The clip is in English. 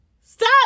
Stop